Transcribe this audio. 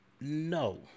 No